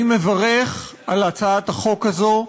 אני מברך על הצעת החוק הזאת.